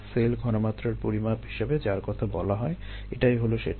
sell ঘনমাত্রার পরিমাপ হিসেবে যার কথা বলা হয় এটাই হলো সেটা